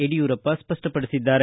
ಯಡಿಯೂರಪ್ಪ ಸ್ಪಷ್ಟಪಡಿಸಿದ್ದಾರೆ